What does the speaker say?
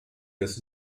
des